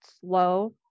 slow